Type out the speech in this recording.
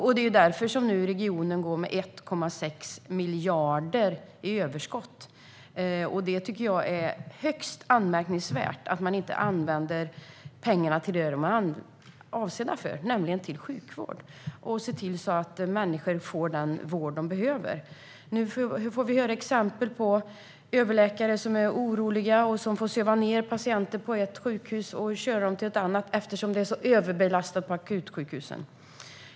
Det är därför som regionen nu går med 1,6 miljarder i överskott. Jag tycker att det är högst anmärkningsvärt att man inte använder pengarna till det de är avsedda för, nämligen sjukvård, och ser till att människor får den vård de behöver. Vi får höra om överläkare som är oroliga och får söva ned patienter på ett sjukhus och skicka dem till ett annat eftersom det är så överbelastat på akutsjukhusen.